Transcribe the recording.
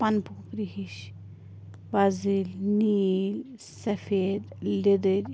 پنپوپرِ ہِشۍ وَزٕلۍ نیلۍ سَفید لیٚدٕرۍ